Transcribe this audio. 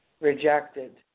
Rejected